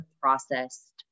processed